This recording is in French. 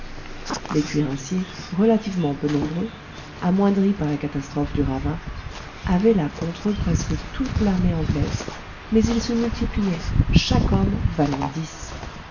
les cuirassiers relativement peu nombreux amoindris par la catastrophe du ravin avaient là contre eux presque toute l'armée anglaise mais ils se multipliaient chaque homme